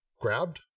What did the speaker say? grabbed